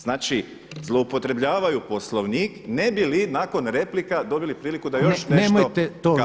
Znači zloupotrebljavaju Poslovnik ne bi li nakon replika dobili priliku da još nešto kažu.